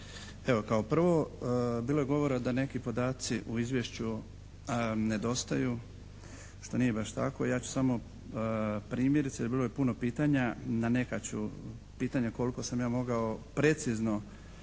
Evo kao prvo bilo je govora da neki podaci u izvješću nedostaju što nije baš tako, ja ću samo primjerice bilo je puno pitanja, na neka ću pitanja koliko sam ja mogao precizno